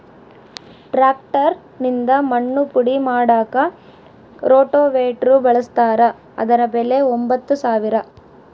tractor ನಿಂದ ಮಣ್ಣು ಪುಡಿ ಮಾಡಾಕ ರೋಟೋವೇಟ್ರು ಬಳಸ್ತಾರ ಅದರ ಬೆಲೆ ಎಂಬತ್ತು ಸಾವಿರ